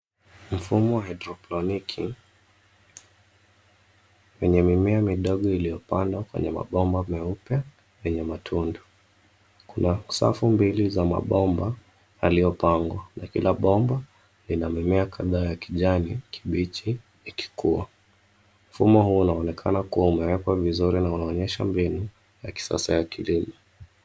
Mfumo wa haidroponiki, wenye mimea midogo iliyopandwa kwenye mabomba meupe lenye matundu. Kuna safu mbili za mabomba yaliyopangwa na kila bomba lina mimea kadhaa ya kijani kibichi ikikua. Mfumo huo unaonekana kuwa umewekwa vizuri na unaonyesha mbinu ya kisasa ya kilimo.